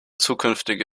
zukünftige